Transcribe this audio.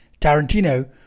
Tarantino